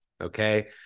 Okay